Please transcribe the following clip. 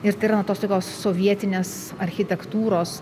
ir tai yra na tos sovietinės architektūros